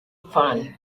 fan